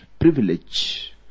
privilege